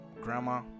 grandma